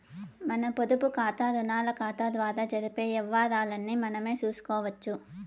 మన పొదుపుకాతా, రుణాకతాల ద్వారా జరిపే యవ్వారాల్ని మనమే సూసుకోవచ్చు